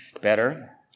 better